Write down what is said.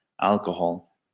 alcohol